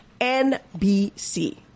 NBC